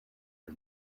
her